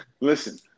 Listen